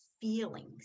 feelings